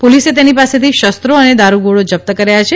પોલીસે તેની પાસેથી શસ્ત્રો અને દારૂગોળો જપ્ત કર્યા છે